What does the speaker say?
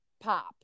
pop